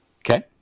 Okay